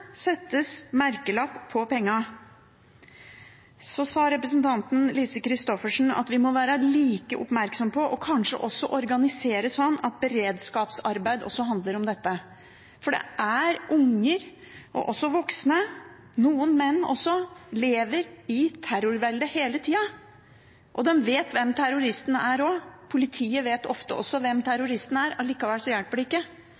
settes merkelapp på pengene. Så sa representanten Lise Christoffersen at vi må være like oppmerksomme på, og kanskje også organisere det sånn, at beredskapsarbeid også handler om dette. Det er barn og også voksne – noen menn også – som lever i terrorveldet hele tida. De vet hvem terroristen er også. Politiet vet ofte også hvem terroristen er. Allikevel hjelper det ikke.